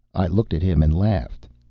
i looked at him and laughed.